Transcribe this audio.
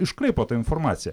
iškraipo tą informaciją